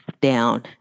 down